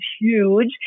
huge